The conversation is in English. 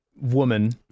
woman